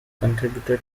contributed